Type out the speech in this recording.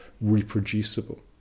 reproducible